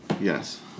Yes